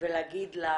ולהגיד לה